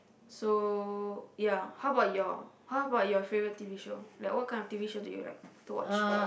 so ya how about your how about your favourite t_v show like what kind of t_v show do you like to watch